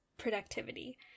productivity